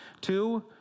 Two